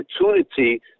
opportunity